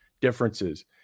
differences